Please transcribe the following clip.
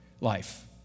life